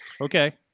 Okay